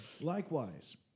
Likewise